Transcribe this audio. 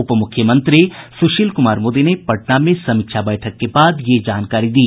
उप मुख्यमंत्री सुशील कुमार मोदी ने पटना में समीक्षा बैठक के बाद यह जानकारी दी